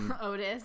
Otis